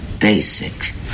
basic